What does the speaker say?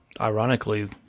Ironically